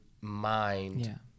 mind